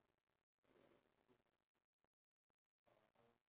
as long as we take the time to exercise